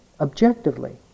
objectively